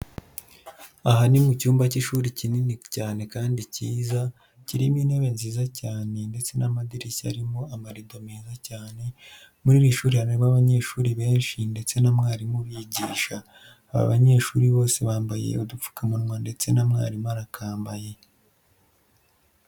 Aha ni mu cyumba cy'ishuri kinini cyane kandi cyiza, kirimo intebe nziza cyane ndetse n'amadirishya arimo amarido meza cyane, muri iri shuri harimo abanyeshuri benshi ndetse na mwarimu ubigisha. Aba banyeshuri bose bambaye udupfukamunwa ndetse na mwarimu arakambaye.